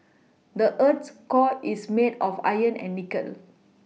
the earth's core is made of iron and nickel